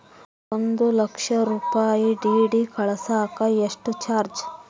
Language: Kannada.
ಒಂದು ಲಕ್ಷ ರೂಪಾಯಿ ಡಿ.ಡಿ ಕಳಸಾಕ ಎಷ್ಟು ಚಾರ್ಜ್?